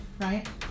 right